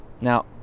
now